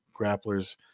grapplers